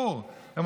הינה,